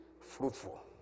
fruitful